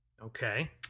okay